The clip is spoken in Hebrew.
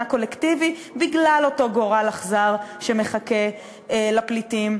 קולקטיבי בגלל אותו גורל אכזר שמחכה לפליטים,